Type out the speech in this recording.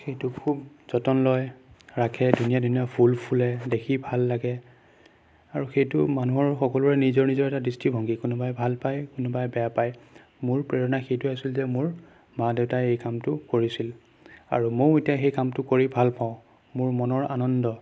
সেইটো খুব যতন লয় ৰাখে ধুনীয়া ধুনীয়া ফুল ফুলে দেখি ভাল লাগে আৰু সেইটো মানুহৰ সকলোৰে নিজৰ নিজৰ এটা দৃষ্টিভংগী কোনোবাই ভাল পায় কোনোবাই বেয়া পায় মোৰ প্ৰেৰণা সেইটোৱে আছিল যে মোৰ মা দেউতাই এই কামটো কৰিছিল আৰু ময়ো এতিয়া সেই কামটো কৰি ভাল পাওঁ মোৰ মনৰ আনন্দ